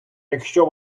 якщо